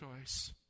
choice